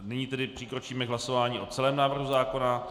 Nyní tedy přikročíme k hlasování o celém návrhu zákona.